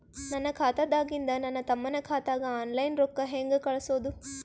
ನನ್ನ ಖಾತಾದಾಗಿಂದ ನನ್ನ ತಮ್ಮನ ಖಾತಾಗ ಆನ್ಲೈನ್ ರೊಕ್ಕ ಹೇಂಗ ಕಳಸೋದು?